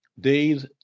Days